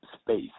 space